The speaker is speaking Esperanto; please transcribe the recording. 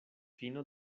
fino